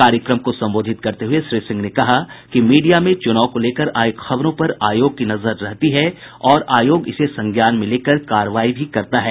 कार्यक्रम को संबोधित करते हुए श्री सिंह ने कहा कि मीडिया में चुनाव को लेकर आयी खबरों पर आयोग की नजर रहती है और आयोग इसे संज्ञान में लेकर कार्रवाई भी करता है